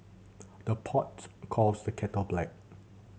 the pot calls the kettle black